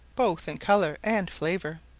both in colour and flavour.